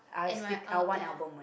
and ri~ i wou~ ya